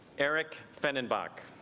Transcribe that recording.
eric fenton bach